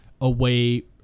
away